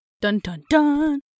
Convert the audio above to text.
Dun-dun-dun